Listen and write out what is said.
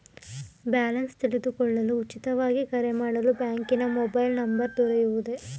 Balance ತಿಳಿದುಕೊಳ್ಳಲು ಉಚಿತವಾಗಿ ಕರೆ ಮಾಡಲು ಬ್ಯಾಂಕಿನ ಮೊಬೈಲ್ ನಂಬರ್ ದೊರೆಯುವುದೇ?